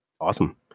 Awesome